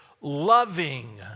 loving